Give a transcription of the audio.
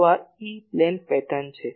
તો આ E plane pattern છે